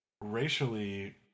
racially